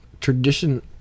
Tradition